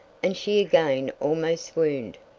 and she again almost swooned.